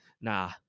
Nah